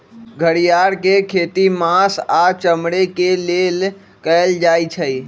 घरिआर के खेती मास आऽ चमड़े के लेल कएल जाइ छइ